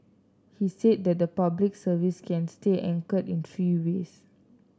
he said that the Public Service can stay anchored in three ways